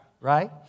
Right